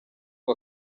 ngo